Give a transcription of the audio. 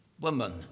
Woman